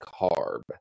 carb